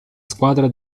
squadra